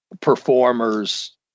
performers